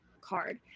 card